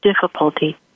difficulty